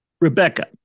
Rebecca